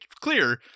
clear